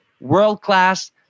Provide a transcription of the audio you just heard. world-class